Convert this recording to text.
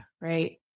right